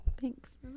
Thanks